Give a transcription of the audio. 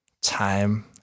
time